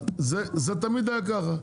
זה תמיד היה ככה.